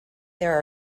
there